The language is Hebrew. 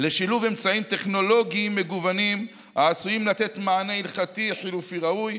לשילוב אמצעים טכנולוגיים מגוונים העשויים לתת מענה הלכתי חלופי ראוי,